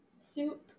soup